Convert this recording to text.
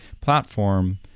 platform